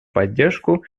поддержку